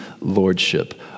lordship